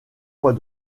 fois